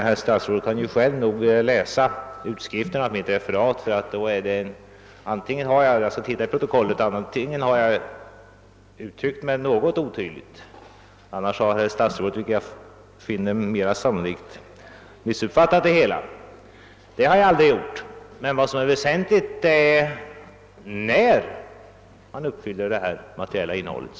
Herr statsrådet kan ju läsa utskriften av mitt anförande i protokollet. Antingen har jag uttryckt mig något otydligt eller också har herr statsrådet — vilket jag finner mera sannolikt — missuppfattat det hela. Vad som är väsentligt är när statsrådet uppfyller dessa löften.